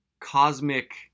cosmic